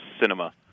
cinema